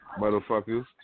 motherfuckers